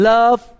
Love